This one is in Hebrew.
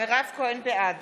בעד